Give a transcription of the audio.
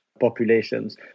populations